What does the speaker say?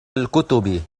الكتب